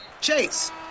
Chase